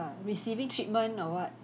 receiving treatment or what